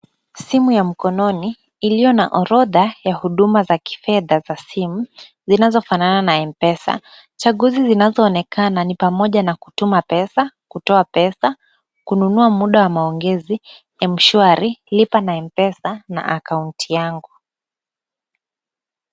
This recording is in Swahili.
Simu ya mkononi iliona orodha ya huduma za kifedha za simu zinazofanana na mpesa. Chaguzi zinazoonekana ni pamoja na kutuma pesa, kutoa pesa, kununua muda wa maongezi, mshwari, lipa na mpesa na akaunti yangu.